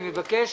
אני מבקש